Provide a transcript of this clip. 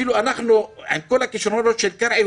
עם כל הכישרונות של קרעי,